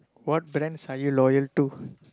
what brands are you loyal to